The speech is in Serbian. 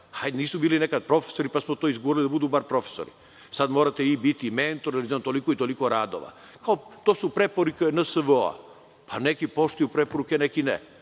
nisu bili nekad profesori, pa smo to izgurali da budu makar profesori. Sad morate biti i mentor sa toliko i toliko radova. Kao, to su preporuke NSVO. Neki poštuju preporuke, neki ne. Na